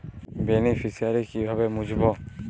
Beneficiary কিভাবে মুছব?